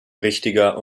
richtiger